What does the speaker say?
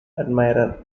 admirer